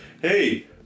Hey